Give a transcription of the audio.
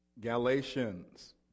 Galatians